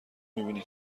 میبینی